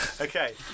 Okay